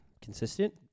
consistent